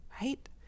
right